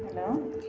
hello